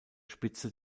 spitze